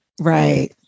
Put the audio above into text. Right